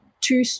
two